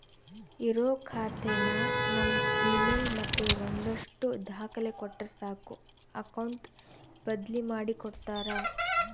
ಇರೋ ಖಾತೆನ ನಮ್ ಇಮೇಲ್ ಮತ್ತೆ ಒಂದಷ್ಟು ದಾಖಲೆ ಕೊಟ್ರೆ ಸಾಕು ಅಕೌಟ್ ಬದ್ಲಿ ಮಾಡಿ ಕೊಡ್ತಾರ